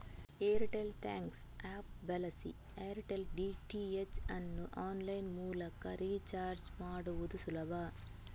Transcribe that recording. Airtel thanks app ಬಳಸಿ Airtel DTH ಅನ್ನು online ಮೂಲಕ ರೀಚಾರ್ಜ್ ಮಾಡುದು ಸುಲಭ